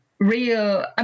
real